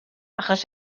achos